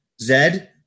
Zed